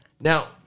Now